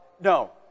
no